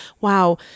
wow